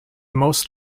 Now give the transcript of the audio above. most